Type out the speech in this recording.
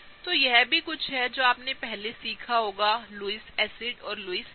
तो यह भी कुछ है जो आपने पहले सीखा होगा लुईस एसिड और लुईस बेस